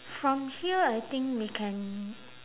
from here I think we can